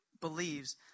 believes